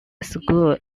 school